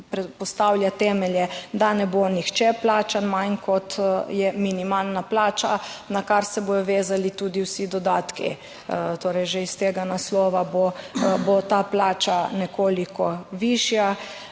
torej postavlja temelje, da ne bo nihče plačan manj kot je minimalna plača, na kar se bodo vezali tudi vsi dodatki. Torej, že iz tega naslova bo ta plača nekoliko višja